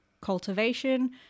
Cultivation